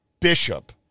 Bishop